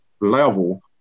level